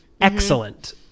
excellent